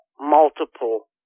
multiple